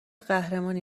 قهرمانی